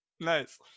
Nice